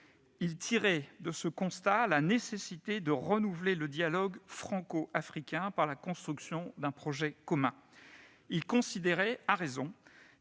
ce constat, il concluait à la nécessité de renouveler le dialogue franco-africain pas la construction d'un projet commun. Il considérait, à raison,